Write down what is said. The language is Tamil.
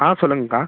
ஆ சொல்லுங்கக்கா